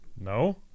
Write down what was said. No